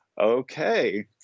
okay